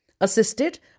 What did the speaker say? assisted